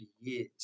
years